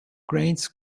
grains